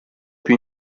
più